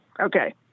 Okay